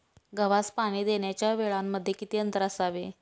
गव्हास पाणी देण्याच्या वेळांमध्ये किती अंतर असावे?